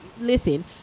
Listen